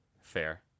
Fair